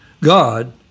God